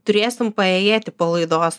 turėsim paėjėti po laidos